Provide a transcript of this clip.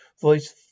Voice